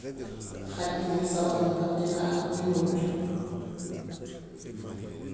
Waaw xaj moom sawor na ndax dina aar dina hutt.